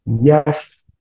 yes